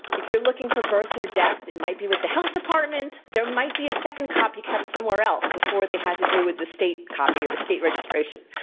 if you're looking for birth or death, it might be with the health department. there might be a second copy kept somewhere else before they had to do with the state copy or the state registration.